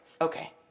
Okay